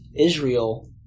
israel